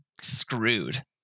screwed